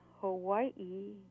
Hawaii